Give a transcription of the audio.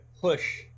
push